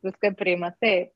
viską priimat taip